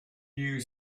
you